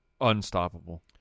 unstoppable